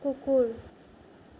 কুকুৰ